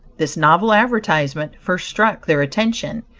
this novel advertisement first struck their attention,